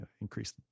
increase